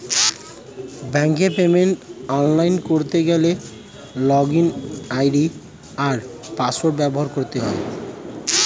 ব্যাঙ্কের পেমেন্ট অনলাইনে করতে গেলে লগইন আই.ডি আর পাসওয়ার্ড ব্যবহার করতে হয়